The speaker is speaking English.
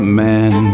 man